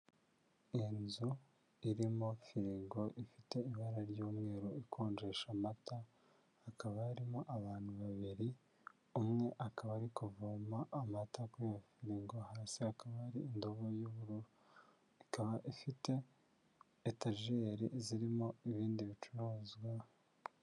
Iyi nzu irimo firigo ifite ibara ry'umweru ikonjesha amata hakaba harimo abantu babiri, umwe akaba ari kuvoma amata muri firigo hasi hakaba hari indobo y'ubururu ikaba ifite etageri zirimo ibindi bicuruzwa.